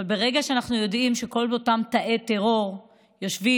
אבל ברגע שאנחנו יודעים שכל אותם תאי טרור יושבים